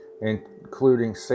including